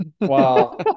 Wow